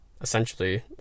essentially